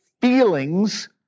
feelings